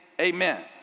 Amen